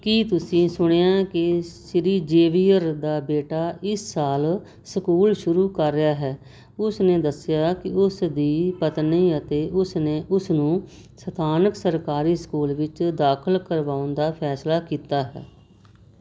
ਕੀ ਤੁਸੀਂ ਸੁਣਿਆ ਕਿ ਸ਼੍ਰੀ ਜ਼ੇਵੀਅਰ ਦਾ ਬੇਟਾ ਇਸ ਸਾਲ ਸਕੂਲ ਸ਼ੁਰੂ ਕਰ ਰਿਹਾ ਹੈ ਉਸ ਨੇ ਦੱਸਿਆ ਕਿ ਉਸ ਦੀ ਪਤਨੀ ਅਤੇ ਉਸਨੇ ਉਸਨੂੰ ਸਥਾਨਕ ਸਰਕਾਰੀ ਸਕੂਲ ਵਿੱਚ ਦਾਖਲ ਕਰਵਾਉਣ ਦਾ ਫੈਸਲਾ ਕੀਤਾ ਹੈ